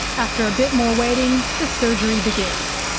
after a bit more waiting, the surgery begins.